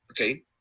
okay